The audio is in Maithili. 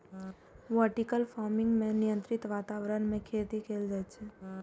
वर्टिकल फार्मिंग मे नियंत्रित वातावरण मे खेती कैल जाइ छै